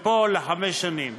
ופה לחמש שנים.